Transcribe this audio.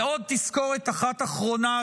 ועוד תזכורת אחת אחרונה,